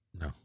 no